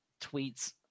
tweets